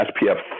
SPF